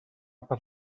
per